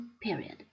period